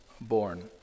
born